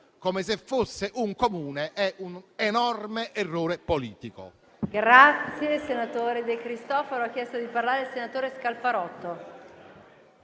come se fosse un Comune è un enorme errore politico.